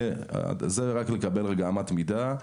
זה רק כדי לקבל אמת מידה.